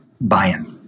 buy-in